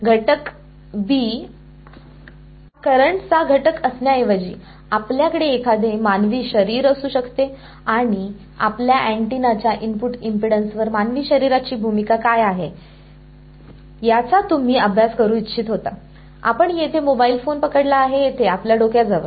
घटक B हा current चा घटक असण्याऐवजी आपल्याकडे एखादे मानवी शरीर असू शकते आणि आपल्या अँटेनाच्या इनपुट इम्पेडन्सवर मानवी शरीराची भूमिका काय आहे याचा तुम्ही अभ्यास करू इच्छित होता आपण येथे मोबाइल फोन पकडला आहे येथे आपल्या डोक्याजवळ